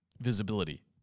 Visibility